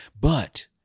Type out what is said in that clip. But-